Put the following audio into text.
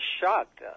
shocked